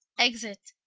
exit